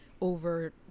over